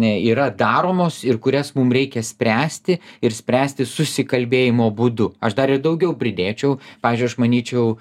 yra daromos ir kurias mum reikia spręsti ir spręsti susikalbėjimo būdu aš dar ir daugiau pridėčiau pavyzdžiui aš manyčiau